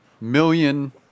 million